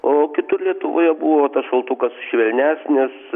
o kitur lietuvoje buvo tas šaltukas švelnesnis